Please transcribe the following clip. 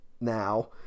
now